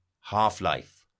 half-life